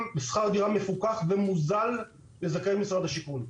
בשכר דירה מפוקח ומוזל לזכאי משרד השיכון.